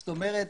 זאת אומרת,